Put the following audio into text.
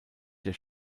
der